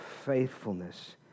faithfulness